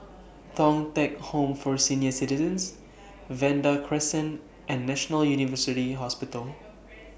Thong Teck Home For Senior Citizens Vanda Crescent and National University Hospital